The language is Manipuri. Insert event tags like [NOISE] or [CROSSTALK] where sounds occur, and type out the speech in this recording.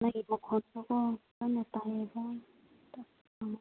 ꯅꯪꯒꯤ ꯃꯈꯣꯜꯗꯣꯀꯣ ꯀꯟꯅ ꯇꯥꯏꯌꯦꯕ [UNINTELLIGIBLE]